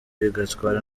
bigatwara